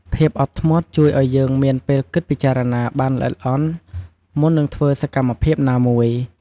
ភាពអត់ធ្មត់ជួយឲ្យយើងមានពេលគិតពិចារណាបានល្អិតល្អន់ មុននឹងធ្វើសកម្មភាពណាមួយ។